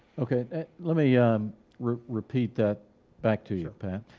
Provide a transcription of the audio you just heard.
okay, let me um repeat that back to you, pat.